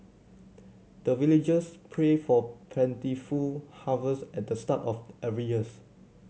the villagers pray for plentiful harvest at the start of every years